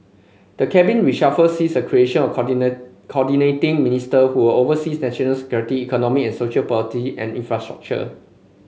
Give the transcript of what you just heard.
the Cabinet reshuffle sees the creation of Coordinating Ministers who will oversee national security economic and social policy and infrastructure